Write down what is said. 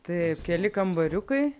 taip keli kambariukai